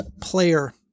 player